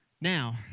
Now